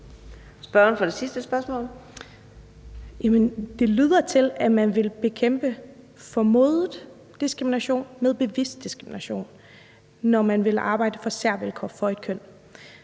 Sólbjørg Jakobsen (LA): Jamen det lyder til, at man vil bekæmpe formodet diskrimination med bevidst diskrimination, når man vil arbejde for særvilkår for et køn.